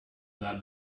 that